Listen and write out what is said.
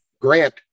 grant